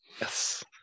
Yes